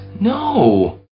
no